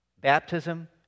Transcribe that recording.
baptism